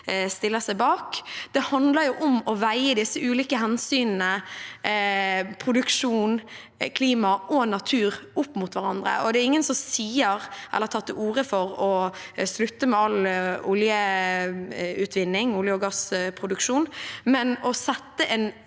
stiller seg bak. Det handler om å veie de ulike hensynene produksjon, klima og natur opp mot hverandre. Det er ingen som sier eller tar til orde for å slutte med all oljeutvinning, olje- og gassproduksjon, men at man setter en